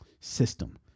system